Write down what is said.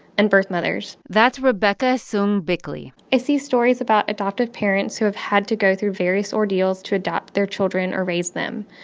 and birth mothers that's rebecca soome bickly i see stories about adoptive parents who have had to go through various ordeals to adopt their children or raise them.